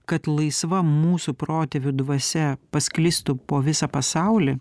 kad laisva mūsų protėvių dvasia pasklistų po visą pasaulį